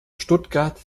stuttgart